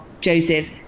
Joseph